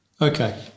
Okay